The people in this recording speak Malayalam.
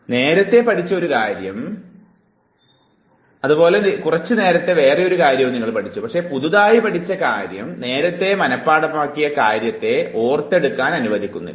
ഞാൻ നേരത്തെ ഒരു കാര്യം പഠിച്ചു അതുപോലെ കുറച്ചു നേരത്തെ വേറെയൊരു കാര്യവും പഠിച്ചു പക്ഷെ പുതിയതായി പഠിച്ച കാര്യം നേരത്തെ മനഃപാഠമാക്കിയ കാര്യത്തെ ഓർത്തെടുക്കാൻ അനുവദിക്കുന്നില്ല